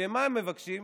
מה הם מבקשים?